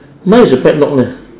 mine is a padlock leh